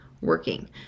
working